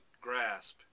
grasp